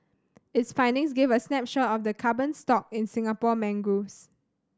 its findings give a snapshot of the carbon stock in Singapore mangroves